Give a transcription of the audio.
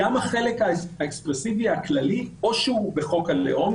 גם החלק האקספרסיבי הכללי ראוי שיהיה בחוק הלאום,